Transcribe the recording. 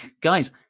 guys